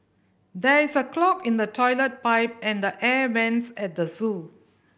there is a clog in the toilet pipe and the air vents at the zoo